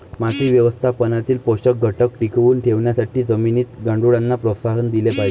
माती व्यवस्थापनातील पोषक घटक टिकवून ठेवण्यासाठी जमिनीत गांडुळांना प्रोत्साहन दिले पाहिजे